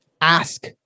Ask